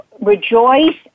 rejoice